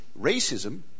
racism